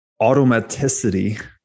Automaticity